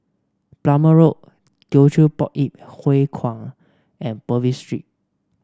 Plumer Road Teochew Poit Ip Huay Kuan and Purvis Street